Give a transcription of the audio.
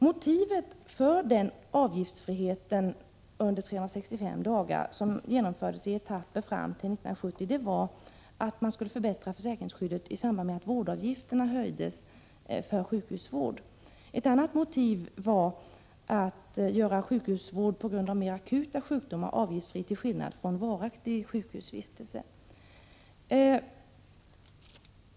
Motivet till den avgiftsfrihet under 365 dagar som infördes i etapper fram till 1970 var att man skulle förbättra försäkringsskyddet i samband med att vårdavgifterna för sjukhusvård höjdes. Ett annat motiv var att göra sjukhusvård på grund av mer akuta sjukdomar avgiftsfri, till skillnad från vad som var fallet vid varaktig sjukhusvistelse.